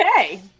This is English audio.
okay